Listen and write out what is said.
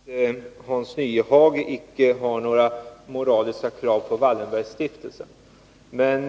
Fru talman! Jag förstår att Hans Nyhage icke har några moraliska krav på Wallenbergstiftelsen. Men